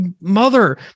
mother